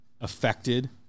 affected